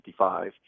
1955